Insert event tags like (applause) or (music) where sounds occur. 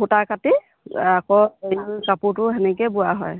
সূতা কাটি আকৌ (unintelligible) কাপোৰটো সেনেকৈয়ে বোৱা হয়